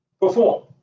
perform